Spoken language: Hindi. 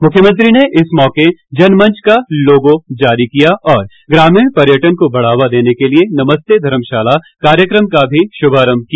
मुख्यमंत्री ने इस मौके जन मंच का लोगो जारी किया और ग्रामीण पर्यटन को बढ़ावा देने के लिए नमस्ते धर्मशाला कार्यक्रम का भी शुभारंभ किया